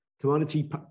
commodity